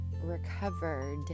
recovered